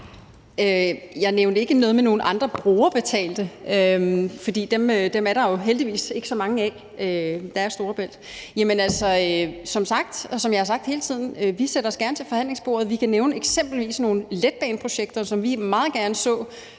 Jeg nævnte ikke noget med nogle andre brugerbetalte steder, for dem er der jo heldigvis ikke så mange af, men der er Storebælt. Men som jeg har sagt hele tiden, sætter vi os gerne til forhandlingsbordet, og vi kan eksempelvis nævne nogle letbaneprojekter, som vi meget gerne så